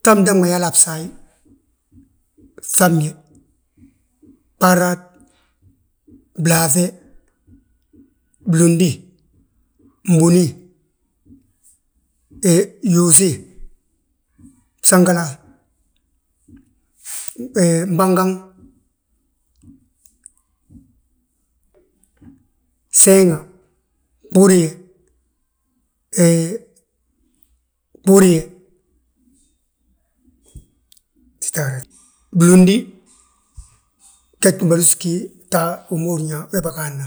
bta mdaŋ ma yali a bsaaye, bŧabñe, bbaraad, blaaŧe, blundi, mbúni, yuusi, bsangala, mbangaŋ, bseeŋa, búriye, hee búriye, blúndi, ge ndúbadus gí ta wi ma húrin yaa ge bâgaadna.